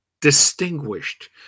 distinguished